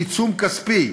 עיצום כספי,